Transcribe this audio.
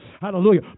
Hallelujah